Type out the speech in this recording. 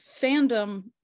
fandom